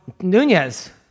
Nunez